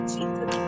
Jesus